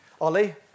Ollie